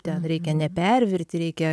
ten reikia nepervirti reikia